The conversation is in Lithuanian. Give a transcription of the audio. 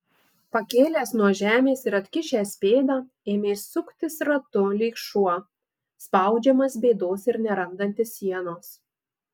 pakėlęs nuo žemės ir atkišęs pėdą ėmė suktis ratu lyg šuo spaudžiamas bėdos ir nerandantis sienos